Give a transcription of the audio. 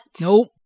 Nope